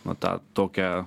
na tą tokią